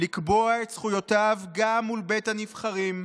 לקבוע את זכויותיו גם מול בית הנבחרים,